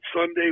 Sunday